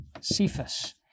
Cephas